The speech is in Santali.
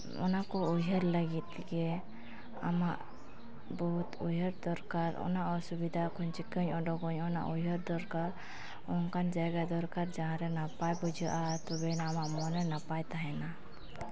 ᱚᱱᱟ ᱠᱚ ᱩᱭᱦᱟᱹᱨ ᱞᱟᱹᱜᱤᱫ ᱜᱮ ᱟᱢᱟᱜ ᱵᱩᱫ ᱩᱭᱦᱟᱹᱨ ᱫᱚᱨᱠᱠᱟᱨ ᱚᱱᱟ ᱚᱥᱩᱵᱤᱫᱟ ᱠᱷᱚᱱ ᱪᱤᱠᱟᱹᱧ ᱚᱰᱚᱠᱚᱜᱼᱟ ᱚᱱᱟ ᱩᱭᱦᱟᱹᱨ ᱫᱚᱨᱠᱟᱨ ᱚᱱᱠᱟᱱ ᱡᱟᱭᱜᱟ ᱫᱚᱨᱠᱟᱨ ᱡᱟᱦᱟᱸ ᱨᱮ ᱱᱟᱯᱟᱭ ᱵᱩᱡᱷᱟᱹᱜᱼᱟ ᱛᱚᱵᱮ ᱟᱱᱟᱜ ᱟᱢᱟᱜ ᱢᱚᱱᱮ ᱱᱟᱯᱟᱭ ᱛᱟᱦᱮᱱᱟ